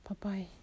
bye-bye